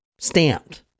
Stamped